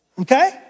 Okay